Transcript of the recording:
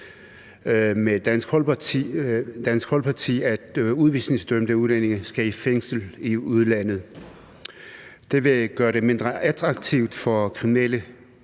med Dansk Folkeparti, at udvisningsdømte udlændinge skal i fængsel i udlandet. Det vil gøre det mindre attraktivt for kriminelle